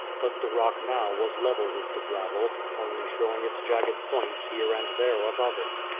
but the rock now was level with the gravel, only showing its jagged points here and there above it.